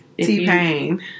t-pain